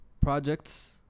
projects